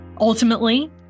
Ultimately